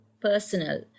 personal